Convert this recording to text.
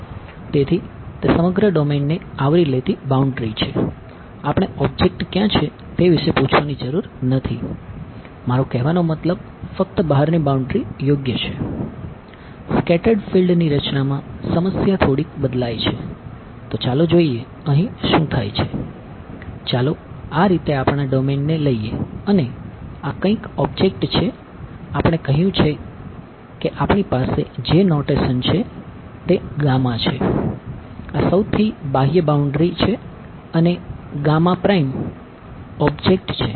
તેથી તે સમગ્ર ડોમેનને આવરી લેતી બાઉન્ડ્રી છે આપણે કહ્યું છે કે આપણી પાસે જે નોટેશન છે તે છે આ સૌથી બાહ્ય બાઉન્ડ્રી છે અને ઓબ્જેક્ટ છે